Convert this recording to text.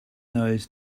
those